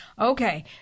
Okay